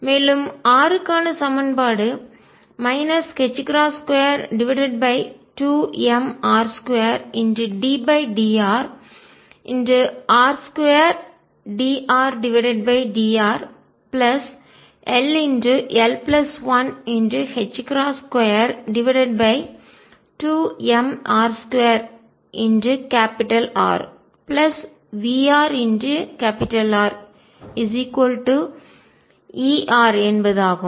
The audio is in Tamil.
மேலும் r க்கான சமன்பாடு 22m1r2ddrr2dRdrll122mr2RVrRER என்பது ஆகும்